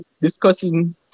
discussing